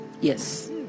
Yes